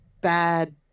bad